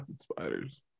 spiders